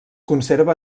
conserva